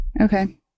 okay